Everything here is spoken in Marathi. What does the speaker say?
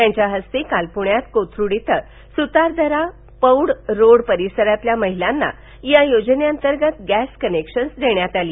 त्यांच्या हस्ते काल पुण्यात कोथरूड इथं सुतारदरा पौंड रोड परिसरातील महिलांना या योजनेअंतर्गत गॅस कनेक्शन देण्यात आली